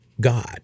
God